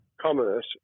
commerce